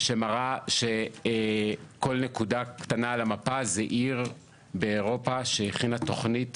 שמראה שכל נקודה קטנה על המפה זאת עיר באירופה שהכינה תוכנית